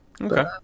Okay